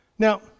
Now